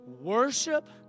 Worship